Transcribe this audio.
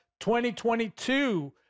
2022